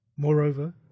Moreover